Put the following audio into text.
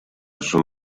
sono